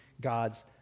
God's